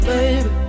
Baby